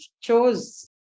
chose